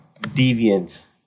deviance